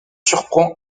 surprend